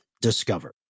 Discover